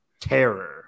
terror